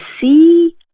see